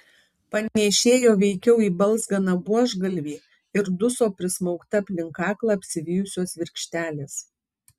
panėšėjo veikiau į balzganą buožgalvį ir duso prismaugta aplink kaklą apsivijusios virkštelės